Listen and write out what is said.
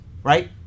Right